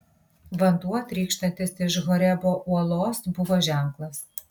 vanduo trykštantis iš horebo uolos buvo ženklas